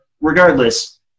regardless